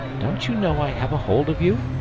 don't you know i have a hold of you?